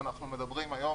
אנחנו מדברים היום